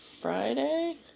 Friday